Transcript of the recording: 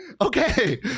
Okay